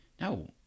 No